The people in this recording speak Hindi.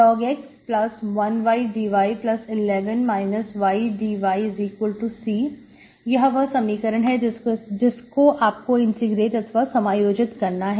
log x 1ydy11 ydyC यह वह समीकरण है जिसको आपको इंटीग्रेट अथवा समायोजित करना है